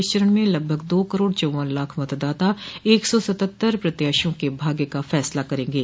इस चरण में लगभग दो करोड़ चौव्वन लाख मतदाता एक सौ सतहत्तर प्रत्याशियों के भाग्य का फैसला करेंगे